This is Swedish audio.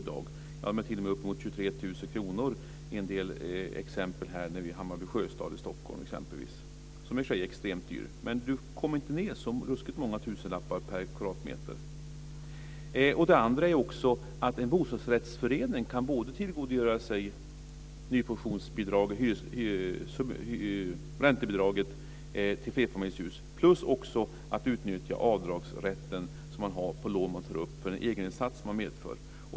Det kan t.o.m. handla om uppemot 23 000 kr - exempelvis i Hammarby sjöstad i Stockholm där det i och för sig är extremt dyrt. Man kommer dock inte ned särskilt många tusenlappar per kvadratmeter. Vidare kan en bostadsrättsförening tillgodogöra sig räntebidraget till flerfamiljshus samt utnyttja den avdragsrätt som finns för lån som tas för den egeninsats som medförs.